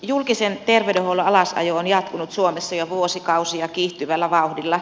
julkisen terveydenhuollon alasajo on jatkunut suomessa jo vuosikausia kiihtyvällä vauhdilla